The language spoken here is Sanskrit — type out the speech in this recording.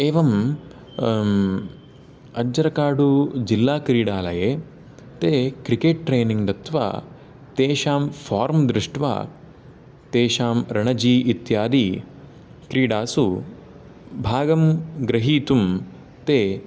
एवम् अज्जरकाडु जिल्लाकार्यालये ते क्रिकेट् ट्रैनिंग् दत्वा तेषां फ़ार्म् दृष्ट्वा तेषां रणजि इत्यादि क्रीडासु भागं गृहीतुं ते